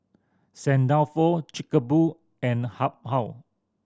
Saint Dalfour Chic a Boo and Habhal